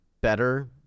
better